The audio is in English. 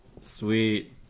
sweet